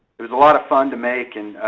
it was a lot of fun to make and